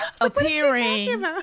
appearing